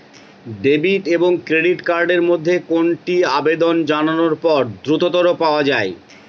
Debit এবং credit card এর মধ্যে কোনটি আবেদন জানানোর পর দ্রুততর পাওয়া য়ায়?